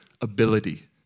ability